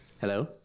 Hello